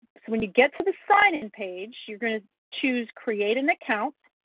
so when you get to the sign-in page, you're gonna choose create an account,